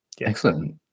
Excellent